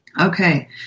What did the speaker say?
Okay